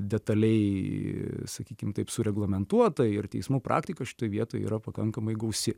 detaliai sakykim taip sureglamentuota ir teismų praktika šitoj vietoj yra pakankamai gausi